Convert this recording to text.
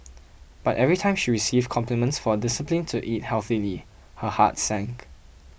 but every time she received compliments for discipline to eat healthily her heart sank